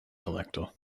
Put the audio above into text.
collector